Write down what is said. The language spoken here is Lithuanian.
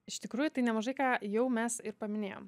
iš tikrųjų tai nemažai ką jau mes ir paminėjom